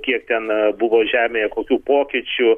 kiek ten buvo žemėje kokių pokyčių